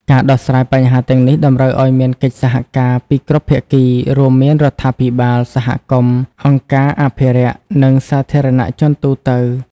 ការដោះស្រាយបញ្ហាទាំងនេះតម្រូវឲ្យមានកិច្ចសហការពីគ្រប់ភាគី រួមមានរដ្ឋាភិបាល សហគមន៍ អង្គការអភិរក្ស និងសាធារណជនទូទៅ។